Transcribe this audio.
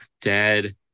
dead